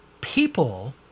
people